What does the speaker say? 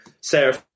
Sarah